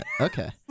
Okay